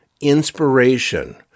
inspiration